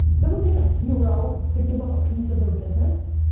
doesn't take a hero to give up a piece of their business.